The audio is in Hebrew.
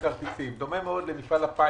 דומה מאוד למפעל הפיס.